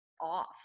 off